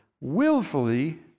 willfully